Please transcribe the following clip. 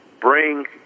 bring